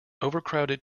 overcrowded